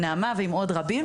נעמה ועוד רבים.